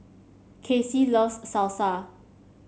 Kassie loves Salsa